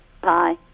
Bye